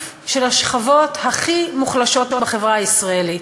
של השכבות הכי מוחלשות בחברה הישראלית.